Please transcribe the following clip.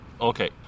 Okay